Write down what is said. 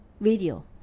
video